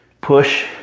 push